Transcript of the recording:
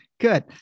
Good